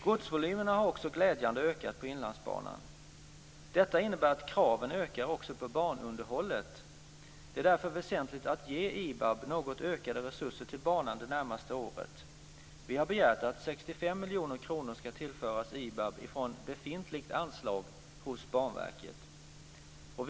Godsvolymerna har också glädjande nog ökat på Inlandsbanan. Detta innebär att kraven ökar också på banunderhållet. Det är därför väsentligt att ge IBAB något ökade resurser till banan de närmaste åren. Vi har begärt att 65 miljoner kronor ska tillföras IBAB från befintligt anslag hos Banverket.